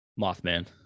Mothman